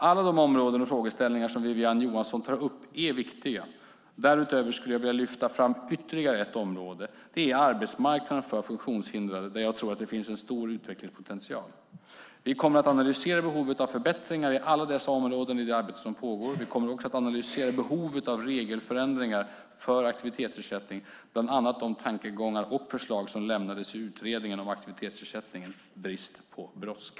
Alla de områden och frågeställningar som Wiwi-Anne Johansson tar upp är viktiga. Därutöver skulle jag vilja lyfta fram ytterligare ett område. Det är arbetsmarknaden för funktionshindrade, där jag tror att det finns en stor utvecklingspotential. Vi kommer att analysera behovet av förbättringar på alla dessa områden i det arbete som pågår. Vi kommer också att analysera behovet av regelförändringar för aktivitetsersättning, bland annat de tankegångar och förslag som lämnades i utredningen om aktivitetsersättningen, Brist på brådska .